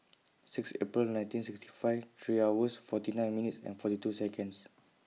six April nineteen sixty five three hours forty nine minutes and forty two Seconds